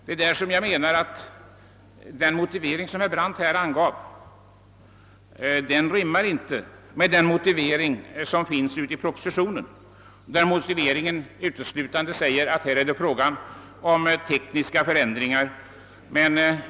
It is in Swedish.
Av denna anledning menar jag att den motivering som herr Brandt gav inte rimmar med den motivering som finns i propositionen, nämligen att det här uteslutande rör sig om tekniska förändringar.